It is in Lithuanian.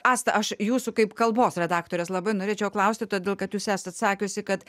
asta aš jūsų kaip kalbos redaktorės labai norėčiau klausti todėl kad jūs esat sakiusi kad